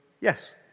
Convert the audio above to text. yes